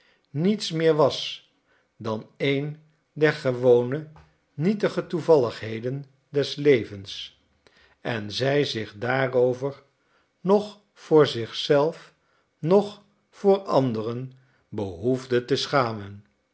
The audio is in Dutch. niets meer was dan een der gewone nietige toevalligheden des levens en zij zich daarover noch voor zichzelf noch voor anderen behoefde te schamen